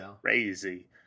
crazy